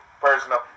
personal